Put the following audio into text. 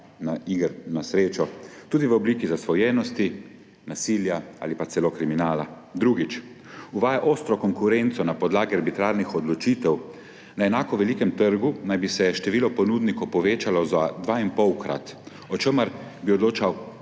iger na srečo, tudi v obliki zasvojenosti, nasilja ali pa celo kriminala. Drugič, uvaja ostro konkurenco na podlagi arbitrarnih odločitev. Na enako velikem trgu naj bi se število ponudnikov povečalo za dvainpolkrat, o čemer bi odločal